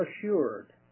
assured